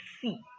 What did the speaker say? see